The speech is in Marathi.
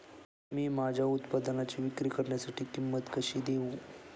मी माझ्या उत्पादनाची विक्री करण्यासाठी किंमत कशी देऊ?